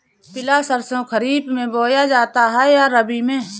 पिला सरसो खरीफ में बोया जाता है या रबी में?